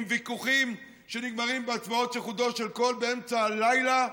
עם ויכוחים שנגמרים בהצבעות של חודו של קול באמצע הלילה,